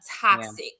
toxic